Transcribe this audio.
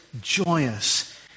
joyous